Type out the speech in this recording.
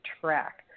track